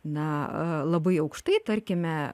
na labai aukštai tarkime